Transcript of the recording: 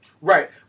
right